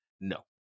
no